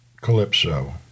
Calypso